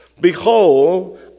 Behold